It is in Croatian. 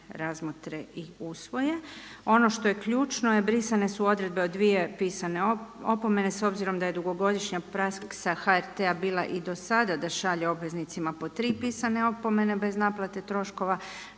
razmotre i usvoje. Ono što je ključno, brisane su odredbe o dvije pisane opomene s obzirom da je dugogodišnja praksa HRT-a bila i do sada da šalje obveznicima po tri pisane opomene bez naplate troškova.